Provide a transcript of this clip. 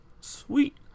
Sweet